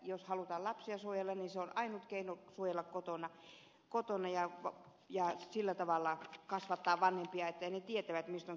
jos halutaan lapsia suojella on ainut keino suojella kotona ja sillä tavalla kasvattaa vanhempia että he tietävät mistä on kysymys